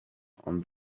ond